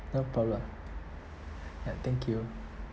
no problem right thank you